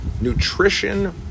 nutrition